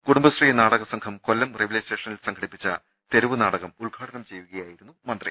കുടുംബശ്രീ നാടകസംഘം കൊല്ലം റെയിൽവേ സ്റ്റേഷനിൽ സംഘടിപ്പിച്ച തെരുവുനാടകം ഉദ്ഘാടനം ചെയ്യുകയായിരുന്നു മന്ത്രി